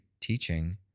teaching